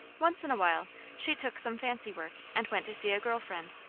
once in a while she took some fancy work and went to see a girl friend,